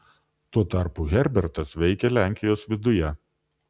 tuo tarpu herbertas veikė lenkijos viduje